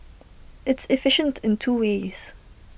it's efficient in two ways